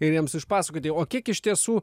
ir jiems išpasakoti o kiek iš tiesų